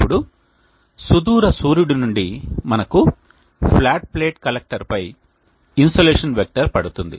ఇప్పుడు సుదూర సూర్యుడి నుండి మనకు ఫ్లాట్ ప్లేట్ కలెక్టర్పై ఇన్సోలేషన్ వెక్టర్ పడుతుంది